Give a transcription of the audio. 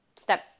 step